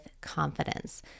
confidence